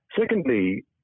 Secondly